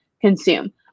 consume